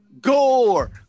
Gore